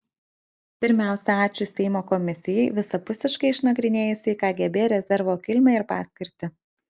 pirmiausia ačiū seimo komisijai visapusiškai išnagrinėjusiai kgb rezervo kilmę ir paskirtį